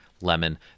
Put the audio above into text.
lemon